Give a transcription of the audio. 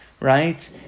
right